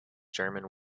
german